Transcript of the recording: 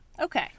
Okay